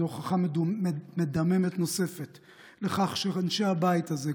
זו הוכחה מדממת נוספת לכך שאנשי הבית הזה,